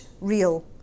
real